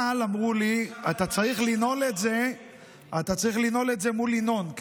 אבל אמרו לי: אתה צריך לנעול את זה מול ינון,